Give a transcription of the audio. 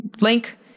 link